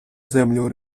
землю